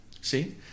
See